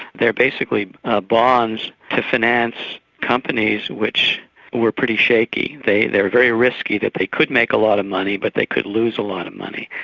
they're basically ah bonds to finance companies which were pretty shaky they were very risky, that they could make a lot of money but they could lose a lot of money,